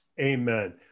Amen